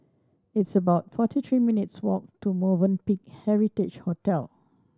it's about forty three minutes' walk to Movenpick Heritage Hotel